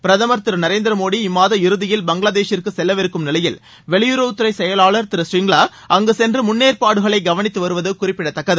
பிரதமர் திரு நரேந்திர மோதி இம்மாத இறுதியில் பங்களாதேஷிற்கு செல்லவிருக்கும் நிலையில் வெளியுறவுத்துறை செயவாளர் திரு சிரிங்லா அங்கு சென்று முன்னேற்பாடுகளை கவனித்து வருவது குறிப்பிடத்தக்கது